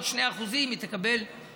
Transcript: עוד 2% הגדלה,